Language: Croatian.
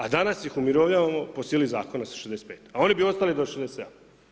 A danas ih umirovljavamo po sili zakona sa 65 a oni bi ostali do 67.